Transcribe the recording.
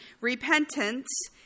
repentance